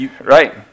right